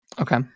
Okay